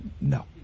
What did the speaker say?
no